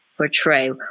portray